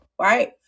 right